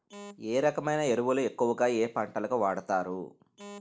ఏ రకమైన ఎరువులు ఎక్కువుగా ఏ పంటలకు వాడతారు?